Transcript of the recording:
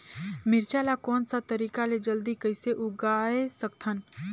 मिरचा ला कोन सा तरीका ले जल्दी कइसे उगाय सकथन?